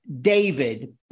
David